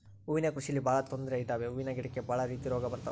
ಹೂವಿನ ಕೃಷಿಯಲ್ಲಿ ಬಹಳ ತೊಂದ್ರೆ ಇದಾವೆ ಹೂವಿನ ಗಿಡಕ್ಕೆ ಭಾಳ ರೀತಿ ರೋಗ ಬರತವ